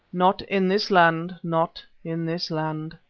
not in this land, not in this land,